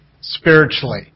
spiritually